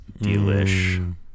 delish